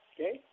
Okay